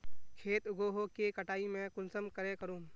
खेत उगोहो के कटाई में कुंसम करे करूम?